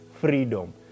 freedom